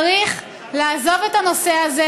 צריך לעזוב את הנושא הזה.